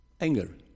anger